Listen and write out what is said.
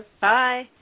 Bye